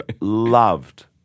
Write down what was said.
loved